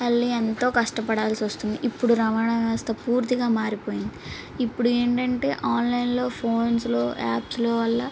మళ్ళీ ఎంతో కష్టపడాల్సి వస్తుంది ఇప్పుడు రవాణా వ్యవస్థ పూర్తిగా మారిపోయింది ఇప్పుడు ఏంటంటే ఆన్లైన్లో ఫోన్స్లో యాప్స్లో వల్ల